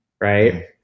right